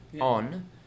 on